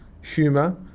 humor